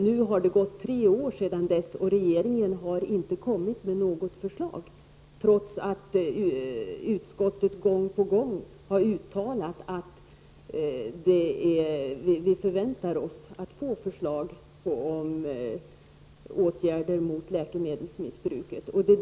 Nu har det gått tre år sedan dess, och regeringen har inte kommit med något förslag, trots att utskottet gång på gång har uttalat att vi förväntar oss att få förslag om åtgärder mot läkemedelsmissbruk.